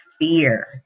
fear